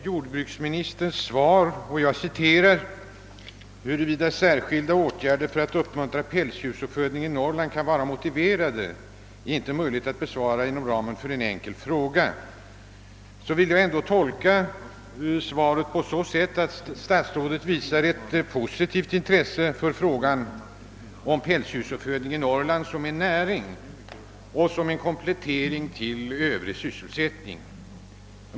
Jordbruksministern svarar: »Huruvida särskilda åtgärder för att uppmuntra pälsdjursuppfödning i Norrland kan vara motiverade är inte möjligt att besvara inom ramen för en enkel fråga.» Detta tolkar jag ändå så att statsrådet har ett positivt intresse för frågan om pälsdjursuppfödning i Norrland som en näring och en komplettering av övrig sysselsättning.